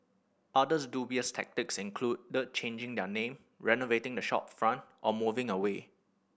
others dubious tactics included the changing their name renovating the shopfront or moving away